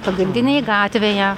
pagrindinėj gatvėje